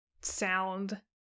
sound